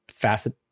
facet